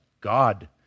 God